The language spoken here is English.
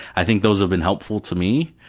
i think those have been helpful to me.